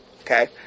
Okay